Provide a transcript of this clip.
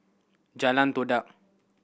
Jalan Todak